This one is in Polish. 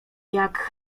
jak